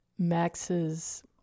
max's